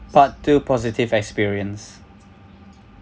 part two positive experience